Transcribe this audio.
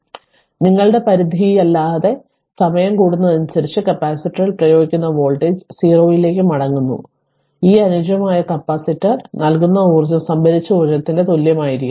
അതിനാൽ നിങ്ങളുടെ പരിധിയില്ലാതെ സമയം കൂടുന്നതിനനുസരിച്ച് കപ്പാസിറ്ററിൽ പ്രയോഗിക്കുന്ന വോൾട്ടേജ് 0 ലേക്ക് മടങ്ങുന്നു അതിനാൽ ഈ അനുയോജ്യമായ കപ്പാസിറ്റർ നൽകുന്ന ഊർജ്ജം സംഭരിച്ച ഊർജ്ജത്തിന് തുല്യമായിരിക്കണം